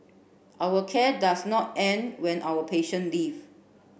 our care does not end when our patient leave